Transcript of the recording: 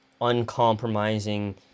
uncompromising